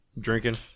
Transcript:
Drinking